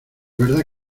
verdad